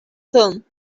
film